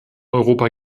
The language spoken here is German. europa